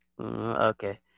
Okay